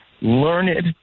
learned